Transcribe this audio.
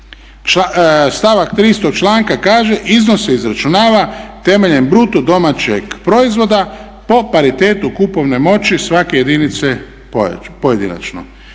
Stavak 3. istog članka kaže iznos se izračunava temeljem bruto domaćeg proizvoda po paritetu kupovne moći svake jedinice pojedinačno.